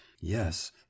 Yes